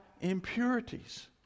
impurities